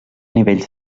nivells